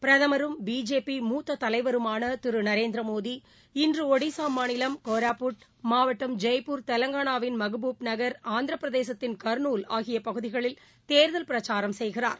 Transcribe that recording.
பிரதமரும் பிஜேபி மூத்ததலைவருமானதிருநரேந்திரமோடி இன்றுஒடிசாமாநிலம் கோராபுட் மாவட்டம் ஜெய்பூர் தெலங்கானாவின் மகபூப் நகர் ஆந்திரபிரதேசத்தின் கர்னூல் ஆகியபகுதிகளில் தேர்தல் பிரச்சாரம் செய்கிறார்